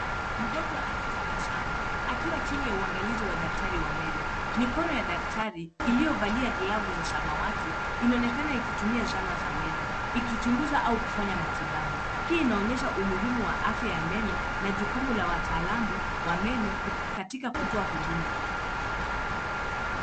Mgonjwa akitabasamu akiwa chini ya uangalizi wa daktari wa meno. Mikono ya daktari iliyovalia glavu za samawati inaonekana ikitumia zana za meno ikichunguza au kufanya matibabu. Hii inaonyesha umuhimu wa afya ya meno na jukumu la wataalamu wa meno katika kutoa huduma.